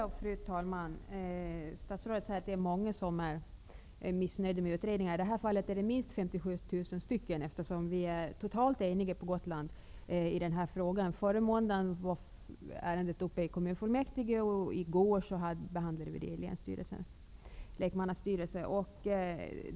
Fru talman! Statsrådet säger att det är många som är missnöjda med utredningar. I det här fallet är det minst 57 000 personer, eftersom vi på Gotland är totalt eniga i denna fråga. Förra måndagen var ärendet uppe i kommunfullmäktige, och i går behandlade vi det i länsstyrelsens lekmannastyrelse.